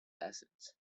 acids